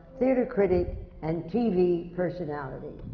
theatre critic and tv personality.